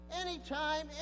anytime